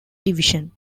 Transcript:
division